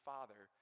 Father